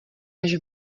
než